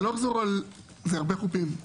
זה הרבה חופים.